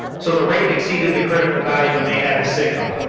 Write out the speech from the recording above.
so the rate exceeded the critical value and they had a signal.